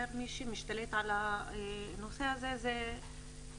מי שמשתלט על הנושא הזה זה פשע,